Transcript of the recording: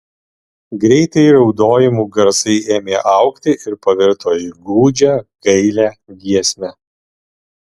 greitai raudojimų garsai ėmė augti ir pavirto į gūdžią gailią giesmę